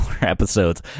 episodes